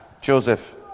Joseph